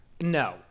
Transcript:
No